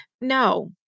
No